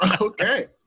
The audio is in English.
okay